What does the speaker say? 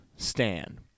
Stan